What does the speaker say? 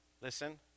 Listen